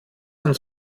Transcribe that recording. uns